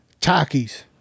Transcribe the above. Takis